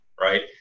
right